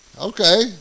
Okay